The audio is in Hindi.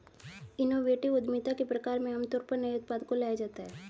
इनोवेटिव उद्यमिता के प्रकार में आमतौर पर नए उत्पाद को लाया जाता है